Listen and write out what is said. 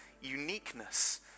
uniqueness